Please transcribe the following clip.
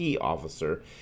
officer